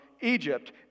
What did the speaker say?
Egypt